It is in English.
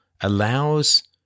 allows